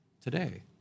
today